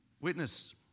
witness